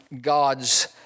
God's